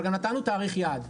אבל גם נתנו תאריך יעד.